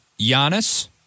Giannis